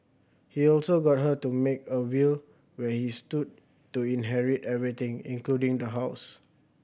he also got her to make a will where he stood to inherit everything including the house